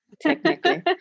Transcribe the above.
technically